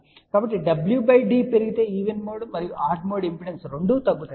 కాబట్టి w d పెరిగితే even mode మరియు ఆడ్ మోడ్ ఇంపెడెన్స్ రెండూ తగ్గుతాయి